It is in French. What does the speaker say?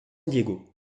diego